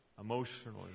emotionally